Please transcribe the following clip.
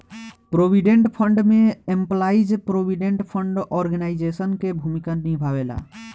provident fund में employees provident fund organisation के भूमिका निभावेला